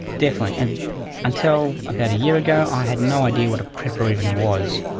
definitely, and until about a year ago i had no idea what a prepper even was.